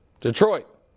Detroit